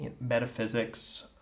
metaphysics